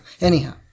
Anyhow